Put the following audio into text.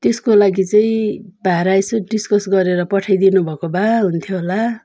त्यसको लागि चाहिँ भाडा यसो डिस्कस गरेर पठाइदिनु भएको भए हुन्थ्यो होला